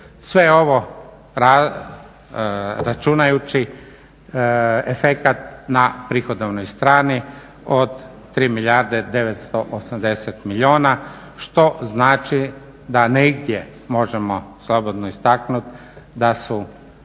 je ovo računajući efekat na prihodovnoj strani od 3 milijarde 980 milijuna, što znači da negdje možemo slobodno istaknuti da su